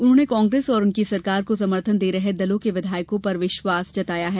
उन्होंने कांग्रेस और उनकी सरकार को समर्थन दे रहे दलों के विधायकों पर विश्वास जताया है